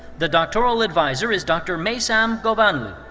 the doctoral adviser is dr. maysam ghovanloo.